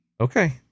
Okay